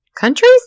countries